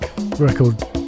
record